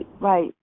right